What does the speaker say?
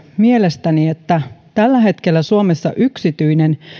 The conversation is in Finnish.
mielestäni väärin että tällä hetkellä suomessa yksityinen